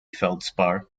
feldspar